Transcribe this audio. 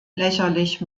lächerlich